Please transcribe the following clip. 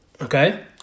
Okay